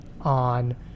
on